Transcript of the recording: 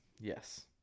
yes